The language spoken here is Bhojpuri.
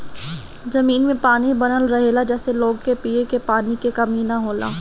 जमीन में पानी बनल रहेला जेसे लोग के पिए के पानी के कमी ना होला